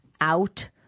out